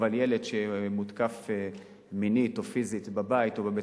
אבל ילד שמותקף מינית או פיזית בבית או בית-ספר,